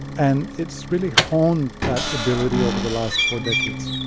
and it's really honed that ability over the last four decades